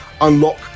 unlock